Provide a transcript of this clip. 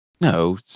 No